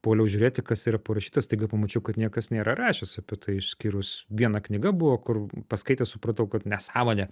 puoliau žiūrėti kas yra parašyta staiga pamačiau kad niekas nėra rašęs apie tai išskyrus viena knyga buvo kur paskaitęs supratau kad nesąmonė